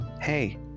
hey